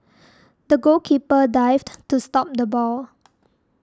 the goalkeeper dived to stop the ball